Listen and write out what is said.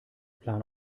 plan